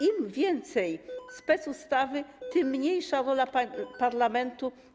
Im więcej specustaw, tym mniejsza rola parlamentu.